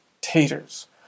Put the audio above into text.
Taters